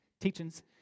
teachings